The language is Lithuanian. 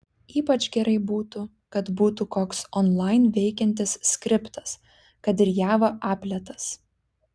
ypač gerai būtų kad būtų koks onlain veikiantis skriptas kad ir java apletas